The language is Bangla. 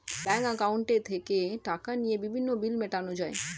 ব্যাংক অ্যাকাউন্টে থেকে টাকা নিয়ে বিভিন্ন বিল মেটানো যায়